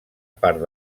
part